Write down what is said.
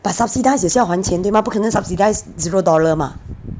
but subsidize 也是要还钱对吗不可能 subsidized zero dollar mah